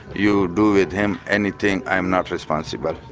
you do with him anything, i'm not responsible. but